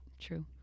True